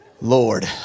Lord